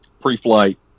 pre-flight